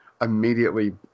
immediately